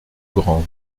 grande